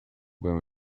when